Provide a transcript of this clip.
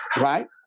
right